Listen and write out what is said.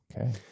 Okay